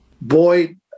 boyd